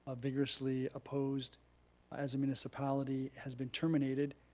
ah vigorously opposed as a municipality has been terminated,